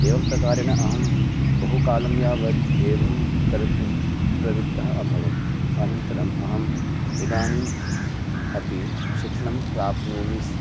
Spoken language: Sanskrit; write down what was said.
एवं प्रकारेण अहं बहु कालं यावत् एवं कर्तुं प्रवृत्तः अभवम् अनन्तरम् अहम् इदानीम् अपि शिक्षणं प्राप्नोमि